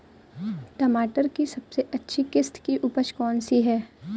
टमाटर की सबसे अच्छी किश्त की उपज कौन सी है?